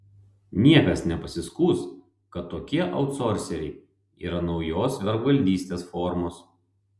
niekas nepasiskųs kad tokie autsorseriai yra naujos vergvaldystės formos